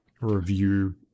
review